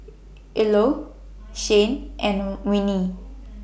Ilo Shane and Winnie